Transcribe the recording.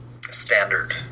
standard